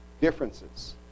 Differences